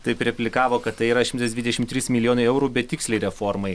taip replikavo kad tai yra šimtas dvidešim trys milijonai eurų betikslei reformai